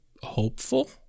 hopeful